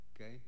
Okay